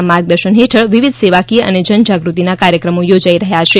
પાટીલના માર્ગદર્શન હેઠળ વિવિધ સેવાકીય અને જનજાગૃતિના કાર્યક્રમો યોજાઇ રહ્યા છે